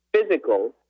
physical